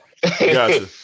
Gotcha